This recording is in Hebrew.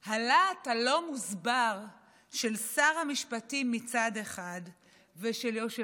הלהט הלא-מוסבר של שר המשפטים מצד אחד ושל יושב-ראש